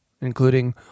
including